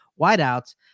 wideouts